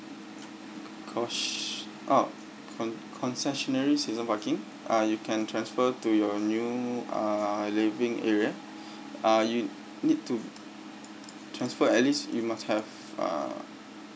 cos~ oh concessionary season parking uh you can transfer to your new uh living area uh you need to transfer at least you must have uh